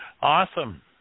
Awesome